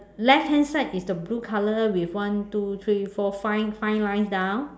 left hand side is the blue color with one two three four five lines down